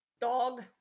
Dog